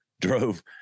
drove